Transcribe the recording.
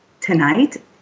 tonight